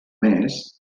més